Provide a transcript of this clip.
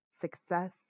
success